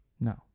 No